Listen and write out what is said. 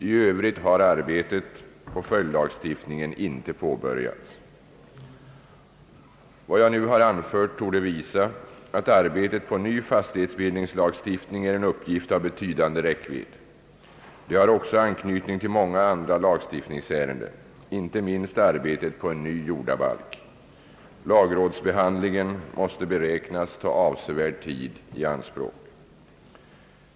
I Öövrigt har arbetet på följdlagstiftningen inte påbörjats. Vad jag nu anfört torde visa att arbetet på ny fastighetsbildningslagstiftning är en uppgift av betydande räckvidd. Det har också anknytning till många andra lagstiftningsärenden, inte minst arbetet på en ny jordabalk. Lagrådsbehandlingen måste beräknas ta avsevärd tid i anspråk.